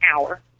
hour